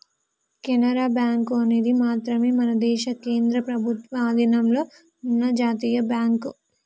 Canara bank అనేది మాత్రమే మన దేశ కేంద్ర ప్రభుత్వ అధీనంలో ఉన్న జాతీయ బ్యాంక్